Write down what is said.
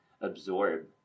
absorb